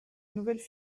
nouvelles